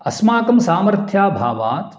अस्माकं सामर्थ्याभावात्